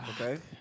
Okay